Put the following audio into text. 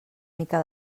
mica